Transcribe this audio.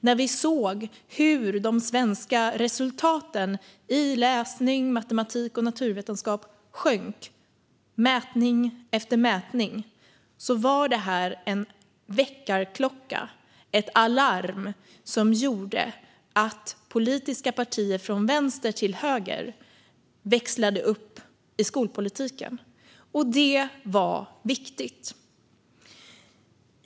När vi såg hur de svenska resultaten i läsning, matematik och naturvetenskap sjönk i mätning efter mätning var det en väckarklocka, ett alarm, som gjorde att politiska partier från vänster till höger växlade upp i skolpolitiken. Det var viktigt.